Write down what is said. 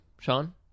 Sean